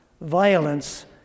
Violence